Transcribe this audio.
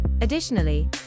Additionally